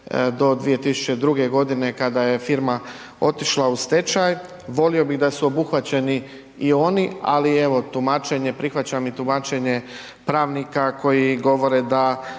do 2002. godine kada je firma otišla u stečaj. Volio bih da su obuhvaćeni i oni, ali evo tumačenje, prihvaćam i tumačenje pravnika koji govore da